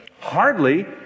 Hardly